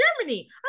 Germany